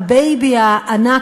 הבייבי הענק,